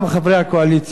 חברי הקואליציה,